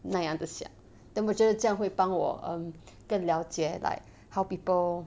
那样的想 then 我觉得这样会帮我 um 更了解 like how people